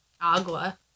Agua